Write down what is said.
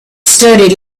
studied